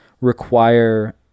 require